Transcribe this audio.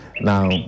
Now